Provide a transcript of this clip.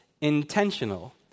intentional